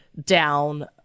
down